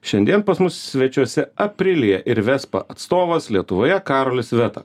šiandien pas mus svečiuose aprilia ir vespa atstovas lietuvoje karolis veta